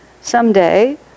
someday